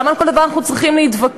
למה על כל דבר אנחנו צריכים להתווכח?